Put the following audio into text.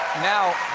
now